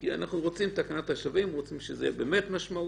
כי אנחנו רוצים את תקנת השבים ורוצים שזה יהיה באמת משמעותי.